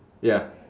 ya